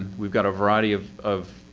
we've got a variety of of